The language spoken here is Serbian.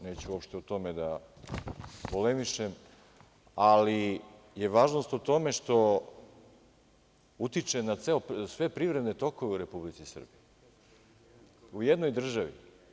Neću opšte o tome da polemišem, ali je važnost u tome da utiče na sve privredne tokove u Republici Srbiji, u jednoj državi.